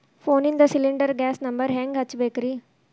ಫೋನಿಂದ cylinder gas number ಹೆಂಗ್ ಹಚ್ಚ ಬೇಕ್ರಿ?